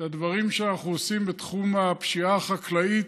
את הדברים שאנחנו עושים בתחום הפשיעה החקלאית,